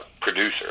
producer